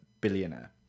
billionaire